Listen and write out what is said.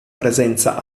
presenza